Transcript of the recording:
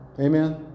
Amen